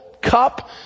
cup